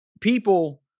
people